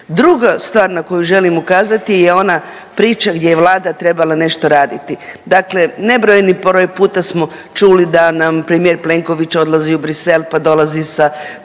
Druga stvar na koju želim ukazati je ona priča gdje je Vlada trebala nešto raditi. Dakle nebrojeni broj puta smo čuli da nam premijer Plenković odlazi u Bruxelles pa dolazi sa